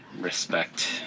respect